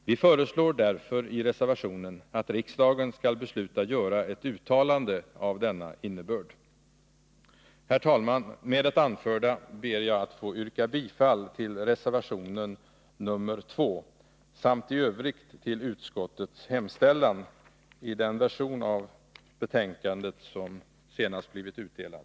Vi föreslår därför i reservationen att riksdagen skall besluta att göra ett uttalande av denna innebörd. Herr talman! Med det anförda ber jag att få yrka bifall till reservationen nr 2 och i övrigt till utskottets hemställan i den version av betänkandet som senast blivit utdelad.